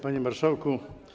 Panie Marszałku!